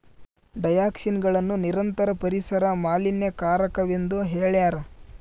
ಡಯಾಕ್ಸಿನ್ಗಳನ್ನು ನಿರಂತರ ಪರಿಸರ ಮಾಲಿನ್ಯಕಾರಕವೆಂದು ಹೇಳ್ಯಾರ